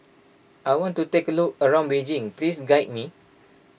I want to take a look around Beijing please guide me